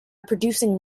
producing